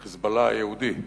ה"חיזבאללה" היהודי.